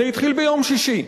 זה התחיל ביום שישי.